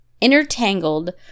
intertangled